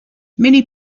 many